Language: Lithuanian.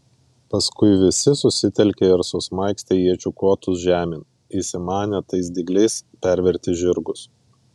paskui visi susitelkė ir susmaigstė iečių kotus žemėn įsimanę tais dygliais perverti žirgus